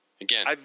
Again